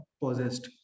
possessed